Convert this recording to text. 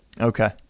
Okay